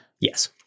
Yes